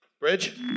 Bridge